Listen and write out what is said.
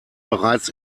bereits